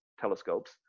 telescopes